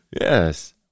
Yes